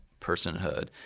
personhood